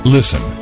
Listen